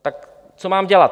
Tak co mám dělat?